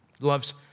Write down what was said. Love's